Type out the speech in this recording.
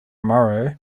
morrow